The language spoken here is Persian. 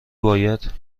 باید